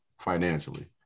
financially